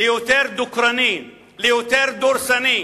ליותר דוקרני, ליותר דורסני.